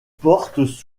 portes